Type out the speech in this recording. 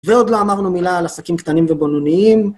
ועוד לא אמרנו מילה על עסקים קטנים ובינוניים.